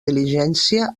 diligència